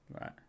Right